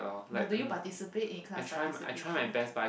but do you participate in class participation